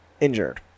injured